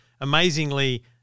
amazingly